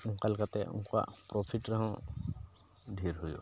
ᱚᱱᱠᱟ ᱞᱮᱠᱟᱛᱮ ᱩᱱᱠᱩᱣᱟᱜ ᱯᱨᱚᱯᱷᱤᱴ ᱨᱮᱦᱚᱸ ᱰᱷᱮᱹᱨ ᱦᱩᱭᱩᱜᱼᱟ